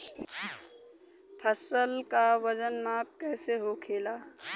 फसल का वजन माप कैसे होखेला?